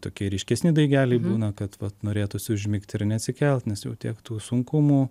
tokie ryškesni daigeliai būna kad vat norėtųsi užmigti ir neatsikelt nes jau tiek tų sunkumų